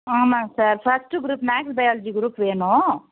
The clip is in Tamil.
ஆமாங்க sir first group maths biology group வேணும்